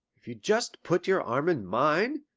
if you just put your arm in mine,